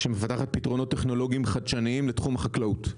שמפתחת פתרונות טכנולוגיים חדשניים לתחום החקלאות.